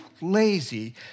lazy